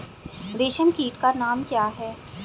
रेशम कीट का नाम क्या है?